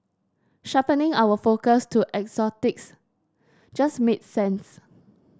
sharpening our focus to exotics just made sense